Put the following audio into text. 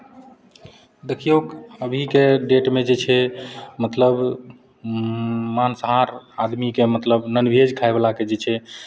देखियौक अभीके डेटमे जे छै मतलब मांसाहार आदमीके मतलब नॉनभेज खायवलाके जे छै